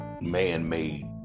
man-made